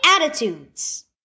attitudes